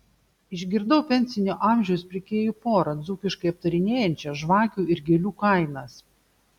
išgirdau pensinio amžiaus pirkėjų porą dzūkiškai aptarinėjančią žvakių ir gėlių kainas